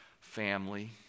family